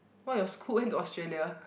why your school went to Australia